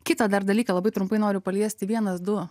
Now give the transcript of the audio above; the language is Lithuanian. kitą dar dalyką labai trumpai noriu paliesti vienas du